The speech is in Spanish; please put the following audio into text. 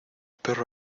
perro